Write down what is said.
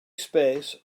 space